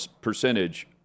percentage